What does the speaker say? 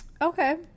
Okay